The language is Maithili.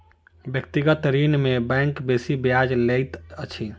व्यक्तिगत ऋण में बैंक बेसी ब्याज लैत अछि